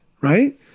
Right